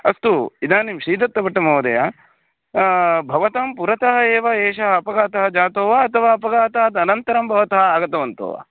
अस्तु इदानीं श्रीदत्तभट्टमहोदय भवतां पुरतः एव एषः अपघातः जातो वा अथवा अपघातात् अनन्तरं भवन्तः आगतवन्तो वा